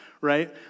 right